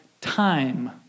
time